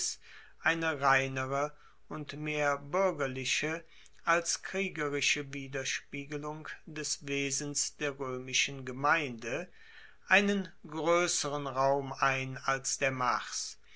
eine reinere und mehr buergerliche als kriegerische widerspiegelung des wesens der roemischen gemeinde einen groesseren raum ein als der mars